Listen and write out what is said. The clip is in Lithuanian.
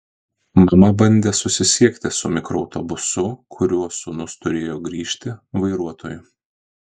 mama bandė susisiekti su mikroautobuso kuriuo sūnus turėjo grįžti vairuotoju